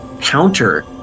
counter